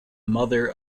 mother